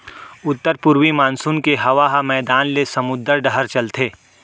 उत्तर पूरवी मानसून के हवा ह मैदान ले समुंद डहर चलथे